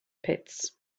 pits